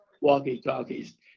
walkie-talkies